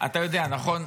אתה יודע, נכון?